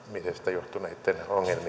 johtuneitten ongelmien hoitamiseen